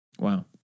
wow